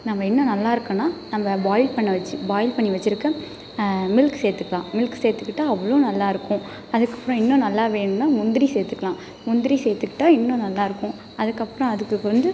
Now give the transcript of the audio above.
நம்ம இன்னும் நல்லா இருக்கணும்னா நம்ம பாயில் பண்ணி வச்சு பாயில் பண்ணி வச்சுருக்க மில்க் சேத்துக்கலாம் மில்க் சேர்த்துக்கிட்டா அவ்வளோ நல்லாயிருக்கும் அதுக்கப்புறம் இன்னும் நல்லா வேணும்னா முந்திரி சேத்துக்கலாம் முந்திரி சேர்த்துக்கிட்டா இன்னும் நல்லாயிருக்கும் அதுக்கப்புறம் அதுக்கு வந்து